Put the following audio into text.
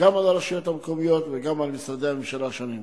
גם על הרשויות המקומיות וגם על משרדי הממשלה השונים.